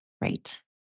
Right